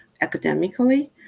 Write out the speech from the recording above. academically